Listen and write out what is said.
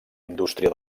indústria